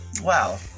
wow